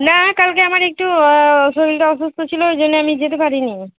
না কালকে আমার একটু শরীরটা অসুস্থ ছিলো ওই জন্য আমি যেতে পারি নি